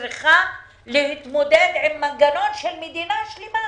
צריכה להתמודד עם מנגנון של מדינה שלמה,